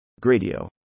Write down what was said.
Gradio